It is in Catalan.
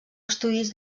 estudis